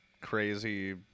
crazy